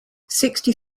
sixty